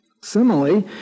Similarly